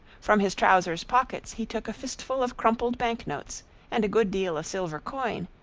from his trousers pockets he took a fistful of crumpled bank notes and a good deal of silver coin,